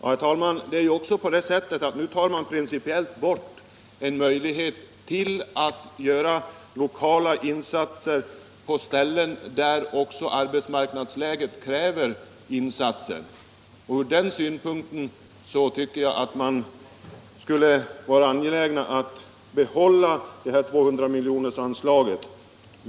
Herr talman! Det är ju på det sättet att utskottsmajoriteten principiellt tar bort en möjlighet till lokala insatser också på ställen där arbetsmarknadsläget kräver insatser. Ur den synpunkten tycker jag att man borde vara angelägen om att behålla 200-miljonersanslaget.